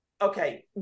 okay